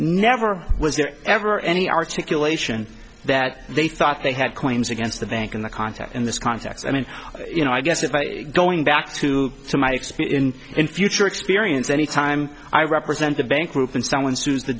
never was there ever any articulation that they thought they had claims against the bank in the context in this context i mean you know i guess if i going back to my experience in future experience any time i represent the bank group and someone sues the